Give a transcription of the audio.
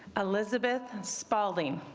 elizabeth and spalding